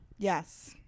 Yes